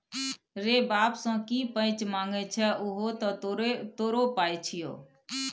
रे बाप सँ की पैंच मांगय छै उहो तँ तोरो पाय छियौ